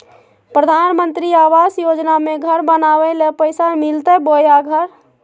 प्रधानमंत्री आवास योजना में घर बनावे ले पैसा मिलते बोया घर?